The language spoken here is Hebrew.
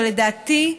אבל לדעתי,